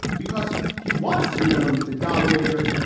because he wants to be known as the dominator.